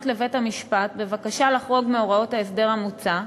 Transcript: לבית-המשפט בבקשה לחרוג מהוראות ההסדר המוצע,